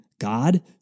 God